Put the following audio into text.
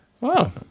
wow